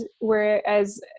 whereas